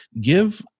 Give